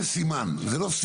זה סימן, זה לא סיבה.